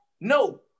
No